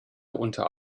unter